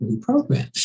program